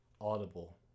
audible